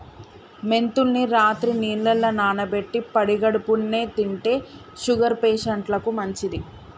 మెంతుల్ని రాత్రి నీళ్లల్ల నానబెట్టి పడిగడుపున్నె తింటే షుగర్ పేషంట్లకు మంచిది